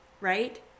right